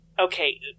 okay